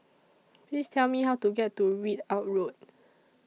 Please Tell Me How to get to Ridout Road